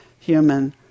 human